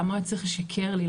למה הוא היה צריך לשקר לי,